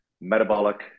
metabolic